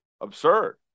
absurd